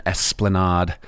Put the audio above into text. Esplanade